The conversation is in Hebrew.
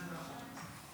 זה נכון.